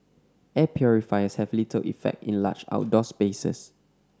air purifiers have little effect in large outdoor spaces